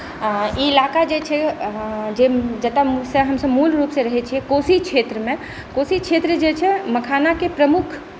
आ ई इलाका जे छै जे जतऽ मूल रुपसँ हमसभ रहै छियै कोशी क्षेत्रमे कोशी क्षेत्र जे छै मखानाके प्रमुख